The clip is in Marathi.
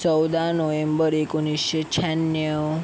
चौदा नोव्हेंबर एकोणीसशे शहाण्णव